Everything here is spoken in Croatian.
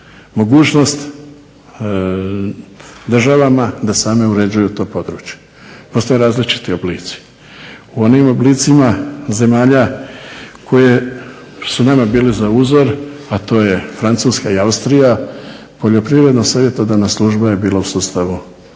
mogućnost državama da same uređuju to područje. Postoje različiti oblici. U onim oblicima zemalja koje su nama bile za uzor, a to je Francuska i Austrija Poljoprivredna savjetodavna služba je bila u sustavu